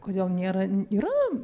kodėl nėra yra